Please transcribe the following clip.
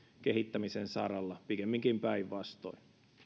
kehittämisen saralla pikemminkin päinvastoin